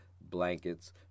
blankets